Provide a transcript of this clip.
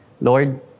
Lord